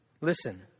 listen